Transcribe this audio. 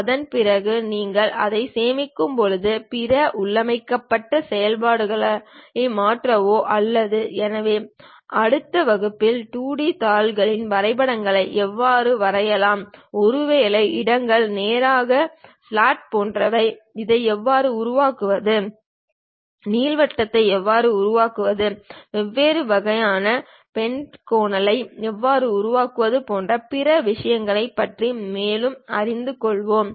அதன்பிறகு நீங்கள் அதைச் சேமிக்கும்போது பிற உள்ளமைக்கப்பட்ட செயல்பாடுகளை மாற்றவோ அல்லது எனவே அடுத்த வகுப்பில் 2 டி தாள்களில் வட்டங்களை எவ்வாறு வரையலாம் ஒருவேளை இடங்கள் நேரான ஸ்லாட் போன்றவை இதை எவ்வாறு உருவாக்குவது நீள்வட்டத்தை எவ்வாறு உருவாக்குவது வேறு வகையான பென்டகோனலை எவ்வாறு உருவாக்குவது போன்ற பிற விஷயங்களைப் பற்றி மேலும் அறிந்து கொள்வோம்